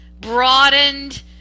broadened